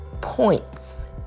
points